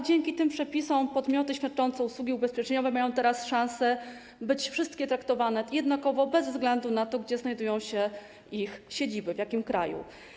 Dzięki tym przepisom wszystkie podmioty świadczące usługi ubezpieczeniowe mają teraz szansę być traktowane jednakowo, bez względu na to, gdzie znajdują się ich siedziby, w jakim kraju.